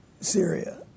Syria